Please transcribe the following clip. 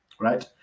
right